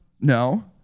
No